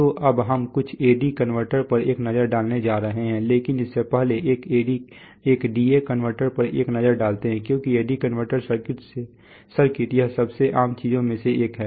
तो अब हम कुछ AD कन्वर्टर्स पर एक नज़र डालने जा रहे हैं लेकिन इससे पहले एक DA कन्वर्टर पर एक नज़र डालते हैं क्योंकि AD कन्वर्टर सर्किट यह सबसे आम चीजों में से एक है